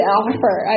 offer